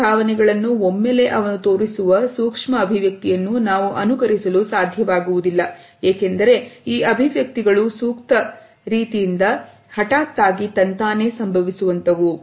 ಎಲ್ಲ ಭಾವನೆಗಳನ್ನು ಒಮ್ಮೆಲೆ ಅವನು ತೋರಿಸುವ ಸೂಕ್ಷ್ಮ ಅಭಿವ್ಯಕ್ತಿಯನ್ನು ನಾವು ಅನುಕರಿಸಲು ಸಾಧ್ಯವಾಗುವುದಿಲ್ಲ ಏಕೆಂದರೆ ಈ ಅಭಿವ್ಯಕ್ತಿಗಳು ಸೂಕ್ತ ವತಿಯಿಂದ ಹಠಾತ್ತಾಗಿ ತನ್ನಂತಾನೇ ಸಂಭವಿಸುವಂತವು